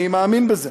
אני מאמין בזה.